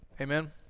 Amen